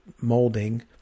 molding